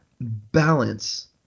balance